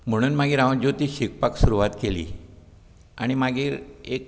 म्हुणून मागीर हांव ज्योतीश शिकपाक सुरवात केली आनी मागीर एक